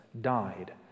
died